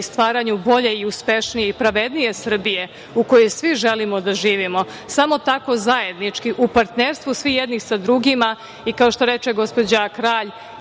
i stvaranju bolje i uspešnije i pravednije Srbije u kojoj svi želimo da živimo, samo tako zajednički u partnerstvu svi jedni sa drugima, i kao što reče gospođa Kralj,